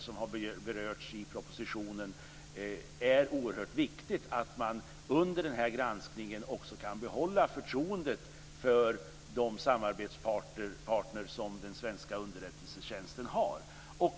Som berörts i propositionen är det oerhört viktigt att man under granskningen också kan behålla förtroendet för de samarbetspartner som den svenska underrättelsetjänsten har.